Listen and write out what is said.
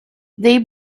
they